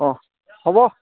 অঁ হ'ব